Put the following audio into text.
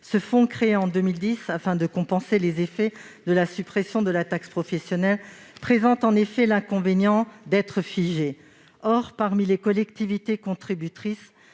Ce fonds, créé en 2010 afin de compenser les effets de la suppression de la taxe professionnelle, présente l'inconvénient d'être figé. Or, parmi les collectivités contributrices,